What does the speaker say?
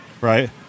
right